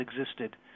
existed